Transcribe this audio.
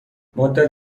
مدت